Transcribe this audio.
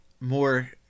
more